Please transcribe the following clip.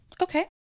Okay